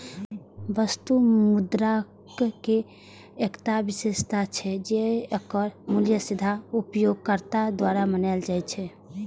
वस्तु मुद्राक एकटा विशेषता छै, जे एकर मूल्य सीधे उपयोगकर्ता द्वारा मानल जाइ छै